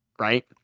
right